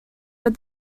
but